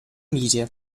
media